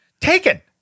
Taken